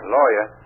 Lawyer